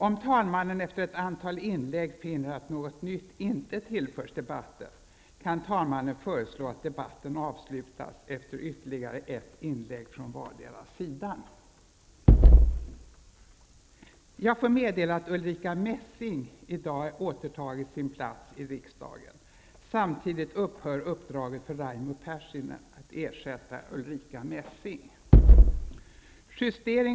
Om talmannen efter ett antal inlägg finner att något nytt inte tillförs debatten, kan talmannen föreslå att debatten avslutas efter ytterligare ett inlägg från vardera sidan.